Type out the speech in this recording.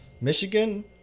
Michigan